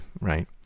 right